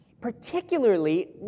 Particularly